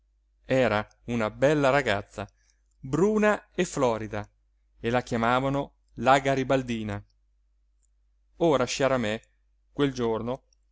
era una bella ragazza bruna e florida e la chiamavano la garibaldina ora sciaramè quel giorno